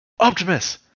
Optimus